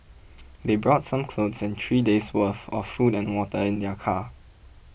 they brought some clothes and three days' worth of food and water in their car